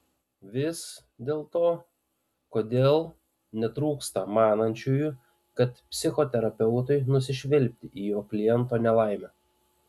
vis dėlto kodėl netrūksta manančiųjų kad psichoterapeutui nusišvilpti į jo kliento nelaimę